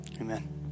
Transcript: Amen